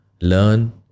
learn